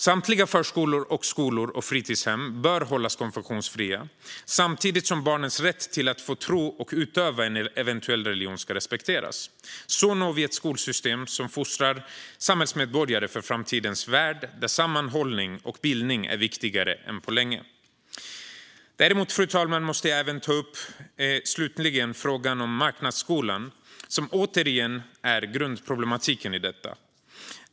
Samtliga förskolor, skolor och fritidshem bör hållas konfessionsfria samtidigt som barnens rätt att få tro och utöva en eventuell religion ska respekteras. Så når vi ett skolsystem som fostrar samhällsmedborgare för framtidens värld, där sammanhållning och bildning är viktigare än på länge. Fru talman! Jag måste slutligen även ta upp frågan om marknadsskolan, som återigen är grundproblematiken i detta.